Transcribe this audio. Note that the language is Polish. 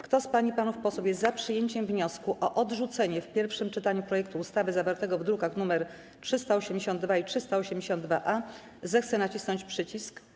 Kto z pań i panów posłów jest za przyjęciem wniosku o odrzucenie w pierwszym czytaniu projektu ustawy, zawartego w drukach nr 382 i 382-A, zechce nacisnąć przycisk.